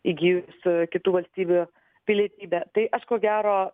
įgijusių kitų valstybių pilietybę tai aš ko gero